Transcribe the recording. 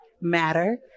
matter